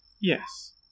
Yes